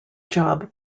job